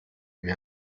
mehr